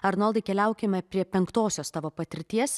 arnoldai keliaukime prie penktosios tavo patirties